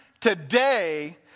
today